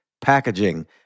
packaging